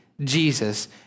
Jesus